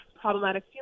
problematic